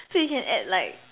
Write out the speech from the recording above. so you can add like